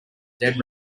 dead